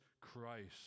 Christ